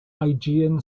aegean